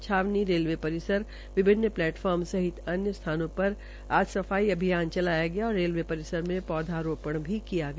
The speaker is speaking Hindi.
छावनी रेलवे रिसर विभिन्न लेट फार्म सहित अनेक सथानों र आज सफाई अभियान चलाया गया और रेलवे रिसर में ौधारो ण भी किया गया